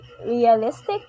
realistic